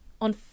on